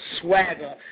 Swagger